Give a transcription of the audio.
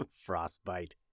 Frostbite